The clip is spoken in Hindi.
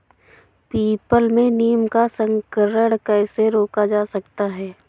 पीपल में नीम का संकरण कैसे रोका जा सकता है?